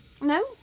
No